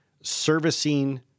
servicing